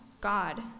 God